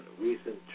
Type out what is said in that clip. recent